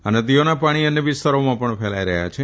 આ નદીઓના પાણી અન્ય વિસ્તારોમાં પણ ફેલાઇ રહયાં છે